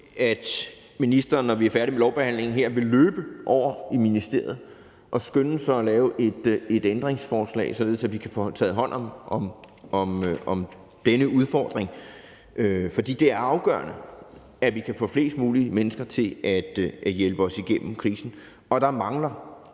at ministeren, når vi er færdige med lovbehandlingen her, vil løbe over i ministeriet og skynde sig at lave et ændringsforslag, således at vi kan få taget hånd om denne udfordring. For det er afgørende, at vi kan få flest mulige mennesker til at hjælpe os igennem krisen. Der mangler